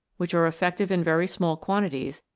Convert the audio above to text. which are effective in very small quanti